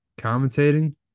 commentating